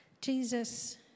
Jesus